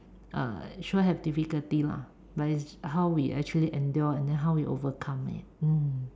uh sure have difficulty lah but it's how we actually endure and how we overcome it mm